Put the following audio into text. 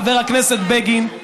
חבר הכנסת בגין,